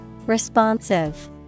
Responsive